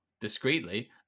discreetly